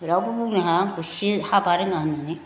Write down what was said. रावबो बुंनो हाया आंखौ सि हाबा रोङा होननानै